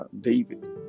David